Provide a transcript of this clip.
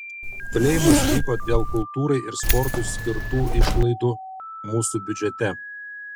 fleimas vyko dėl kultūrai ir sportui skirtų išlaidų mūsų biudžete